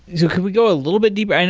yeah could we go a little bit deeper? and